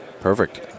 Perfect